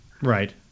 Right